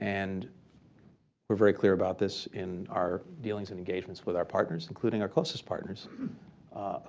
and we're very clear about this in our dealings and engagements with our partners, including our closest partners